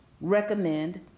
recommend